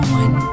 one